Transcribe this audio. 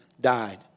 died